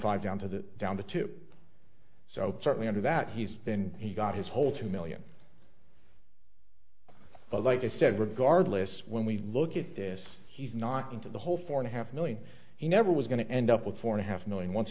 five down to that down to two so certainly under that he's then he got his whole two million but like i said regardless when we look at this he's not into the whole four and a half million he never was going to end up with four and a half million once